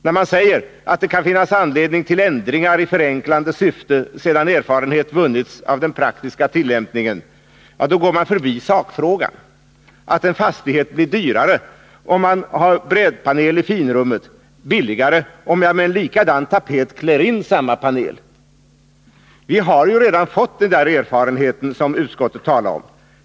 När man säger att det kan finnas anledning till ändringar i förenklande syfte sedan erfarenhet vunnits av den praktiska tillämpningen går man förbi sakfrågan, att en fastighet blir dyrare om man har brädpanel i finrummet, billigare om man med en likadan tapet klär in samma panel. Vi har redan fått den erfarenhet som utskottet talar om.